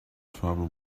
trouble